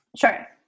Sure